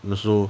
那时候